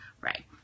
right